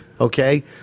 okay